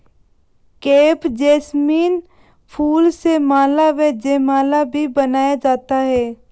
crepe jasmine फूल से माला व जयमाला भी बनाया जाता है